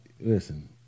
listen